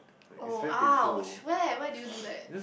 oh ouch where where did you do that